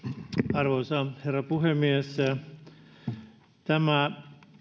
arvoisa herra puhemies tämä